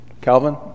Calvin